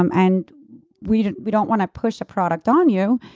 um and we don't we don't want to push a product on you.